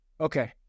Okay